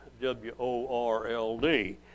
W-O-R-L-D